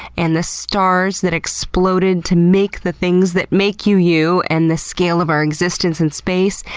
and the stars that exploded to make the things that make you, you. and the scale of our existence in space,